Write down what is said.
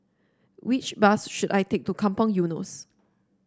which bus should I take to Kampong Eunos